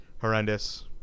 horrendous